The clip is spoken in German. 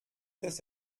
des